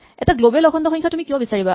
এটা গ্লৱেল অখণ্ড সংখ্যা তুমি কিয় বিচাৰিবা